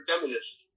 feminists